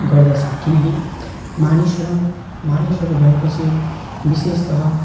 गर्दछ किनकि मानिसहरू मानिसहरू भए पछि विशेष तह